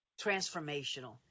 transformational